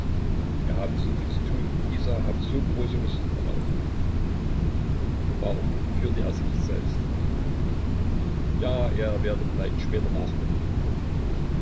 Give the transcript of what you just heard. er habe so viel zu tun und isa habe so große lust darauf warum führe er sie nicht selbst ja er werde vielleicht später nachkommen